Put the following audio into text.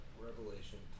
Revelation